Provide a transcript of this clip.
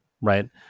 right